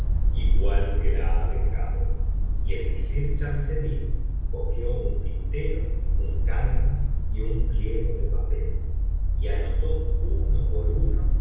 igual que la ha dejado y el visir chamseddin cogió un tintero un cálamo y un pliego de papel y anotó uno por uno